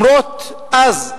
אף-על-פי שאז,